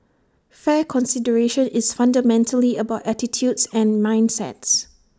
fair consideration is fundamentally about attitudes and mindsets